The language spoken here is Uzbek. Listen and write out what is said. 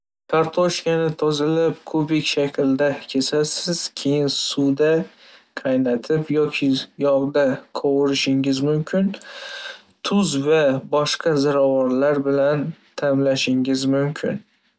﻿Kartoshgani tozalab, kubik shaklda kesasiz, keyin suvda qaynatib yoki yog'da qovurishingiz mumkin, tuz va boshqa ziravorlar bilan ta'mlashingiz mumkin.